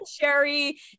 Sherry